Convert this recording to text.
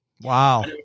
Wow